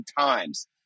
times